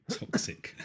toxic